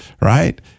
Right